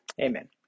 amen